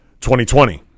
2020